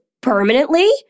permanently